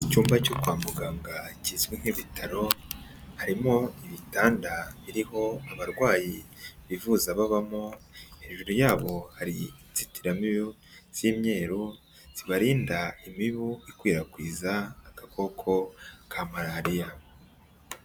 Icyumba cyo kwa muganga kizwi nk'ibitaro, harimo ibitanda biriho abarwayi bivuza babamo, hejuru yabo hari inzitiramibu z'imyero zibarinda imibu ikwirakwiza agakoko ka malariya.